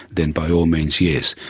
then by all means yes.